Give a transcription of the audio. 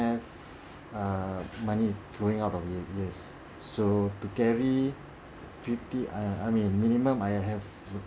err money going out of eight years so to carry fifty I mean minimum I have